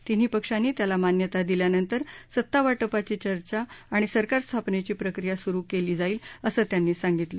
तिन्ही पक्षांनी त्याला मान्यता दिल्यानंतर सत्तावाटपाची चर्चा आणि सरकार स्थापनेची प्रक्रिया सुरु केली जाईल असं त्यांनी सांगितलं